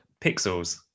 Pixels